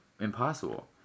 impossible